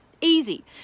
Easy